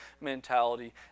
mentality